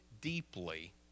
deeply